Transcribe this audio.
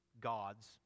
gods